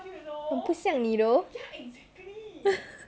很不像你 though